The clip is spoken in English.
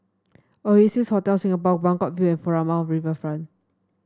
Oasia Hotel Singapore Buangkok View and Furama Riverfront